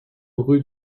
rue